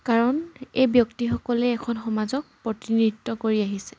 কাৰণ এই ব্যক্তিসকলে এখন সমাজক প্ৰতিনিধিত্ব কৰি আহিছে